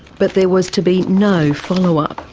but there was to be no follow-up.